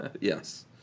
Yes